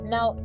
Now